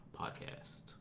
podcast